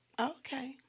Okay